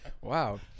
wow